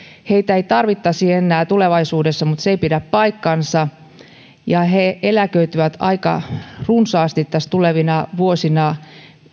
heitä ei tarvittaisi enää tulevaisuudessa mutta se ei pidä paikkaansa he eläköityvät aika runsaasti tulevina vuosina